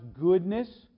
goodness